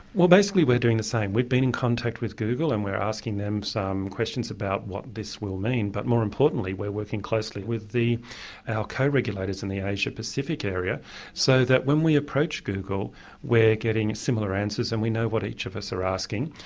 well, basically we're doing the same. we've been in contact with google, and we're asking them some questions about what this will mean, but more importantly we're working closely with and our co-regulators in the asia pacific area so that when we approach google we're getting similar answers and we know what each of us are asking,